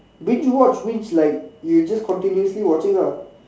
binge watch means like you're just continuously watching lah